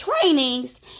trainings